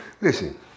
Listen